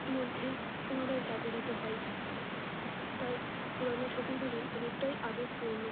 মধ্যে পুনরায় জাগরিত হয় তাই পুরনো ছবিগুলি অনেকটাই আবেগপূর্ণ